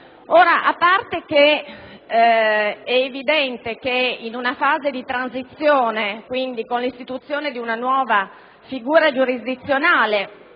A parte che è evidente che in una fase di transizione, quindi con l'istituzione di una nuova figura giurisdizionale,